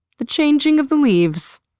the changing of the leaves.